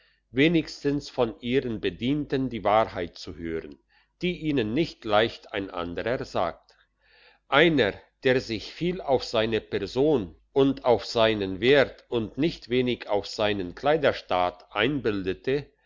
wenigstens von ihren bedienten die wahrheit zu hören die ihnen nicht leicht ein anderer sagt einer der sich viel auf seine person und auf seinen wert und nicht wenig auf seinen kleiderstaat einbildete